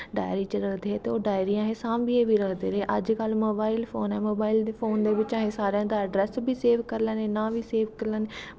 diary च रक्खदे हे ते ओह् डायरी सांभियै बी रक्खदे रेह् अज्ज कल मोबाईल फोन बिच्च अस सारें दा अड्रैस बी सेव करी लैन्नें नांऽ बी सेव करी लैन्नें